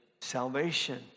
salvation